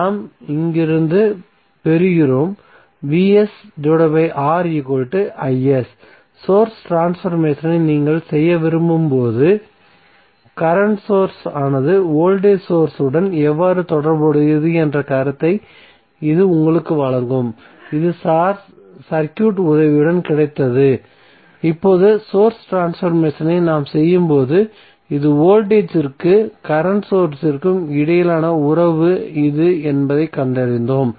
நாம் இங்கிருந்து பெறுகிறோம் சோர்ஸ் ட்ரான்ஸ்பர்மேசனை நீங்கள் செய்ய விரும்பும் போது கரண்ட் சோர்ஸ் ஆனது வோல்டேஜ் சோர்ஸ் உடன் எவ்வாறு தொடர்புடையது என்ற கருத்தை இது உங்களுக்கு வழங்கும் இது சர்க்யூட் உதவியுடன் கிடைத்தது இப்போது சோர்ஸ் ட்ரான்ஸ்பர்மேசனை நாம் செய்யும்போது இது வோல்டேஜ் இற்கும் கரண்ட் சோர்ஸ்ற்கும் இடையிலான உறவு இது என்பதைக் கண்டறிந்தோம்